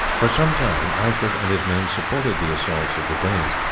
for some time alfred and his men supported the assaults of the danes,